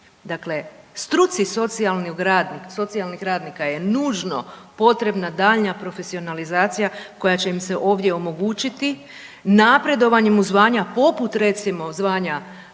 Dakle, struci socijalnih radnika je nužno potrebna daljnja profesionalizacija koja će im se ovdje omogućiti napredovanjem u zvanja poput recimo zvanja